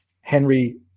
Henry